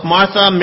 Martha